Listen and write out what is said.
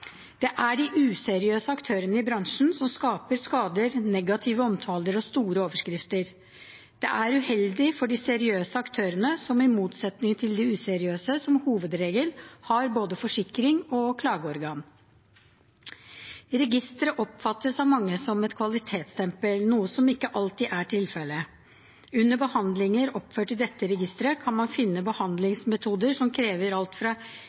Det er de useriøse aktørene i bransjen som skaper skader, negative omtaler og store overskrifter. Det er uheldig for de seriøse aktørene som, i motsetning til de useriøse, som hovedregel har både forsikring og klageorgan. Registeret oppfattes av mange som et kvalitetsstempel, noe som ikke alltid er tilfellet. Under behandlinger oppført i dette registret, kan man finne behandlingsmetoder som krever alt fra